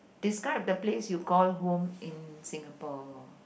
describe the place you call home in Singapore